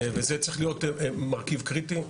וזה צריך להיות מרכיב קריטי.